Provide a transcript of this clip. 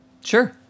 Sure